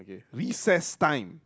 recess time